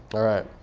all right,